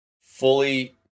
fully